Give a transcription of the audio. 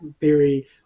theory